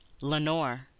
lenore